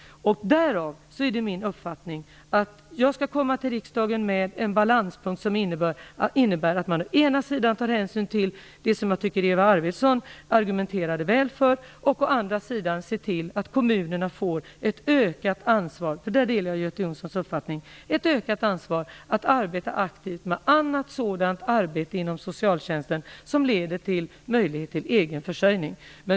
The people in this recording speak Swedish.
Därav kommer min uppfattning att jag skall komma till riksdagen med en balanspunkt som innebär att man å ena sidan tar hänsyn till det som jag tycker att Eva Arvidsson argumenterade väl för och å andra sidan ser till att kommunerna får ett ökat ansvar - där delar jag Göte Jonssons uppfattning - för att arbeta aktivt med annat sådant arbete inom socialtjänsten som leder till möjlighet till egen försörjning.